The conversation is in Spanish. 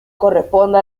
corresponde